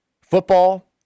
Football